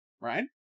right